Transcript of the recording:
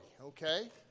okay